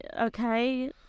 okay